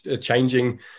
changing